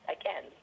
again